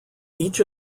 each